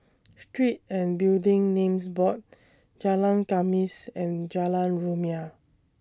Street and Building Names Board Jalan Khamis and Jalan Rumia